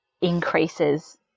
increases